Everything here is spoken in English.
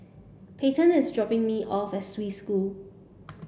Peyton is dropping me off at Swiss School